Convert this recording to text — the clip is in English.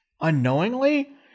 unknowingly